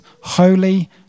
holy